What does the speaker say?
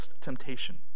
temptation